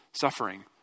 suffering